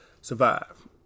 survive